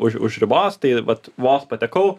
už už ribos tai vat vos patekau